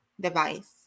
device